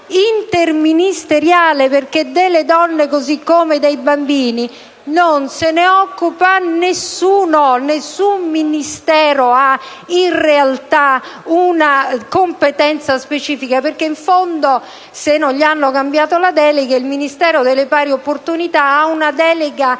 interministeriale, perché delle donne, così come dei bambini, non se ne occupa nessuno: nessun Ministero ha in realtà una competenza specifica, perché in fondo - se non gli hanno cambiato la delega - il Ministro delle pari opportunità ha una delega